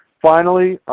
finally,